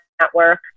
network